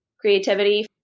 creativity